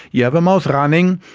you have a mouse running,